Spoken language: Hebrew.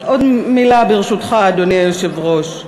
עוד מילה, ברשותך, אדוני היושב-ראש.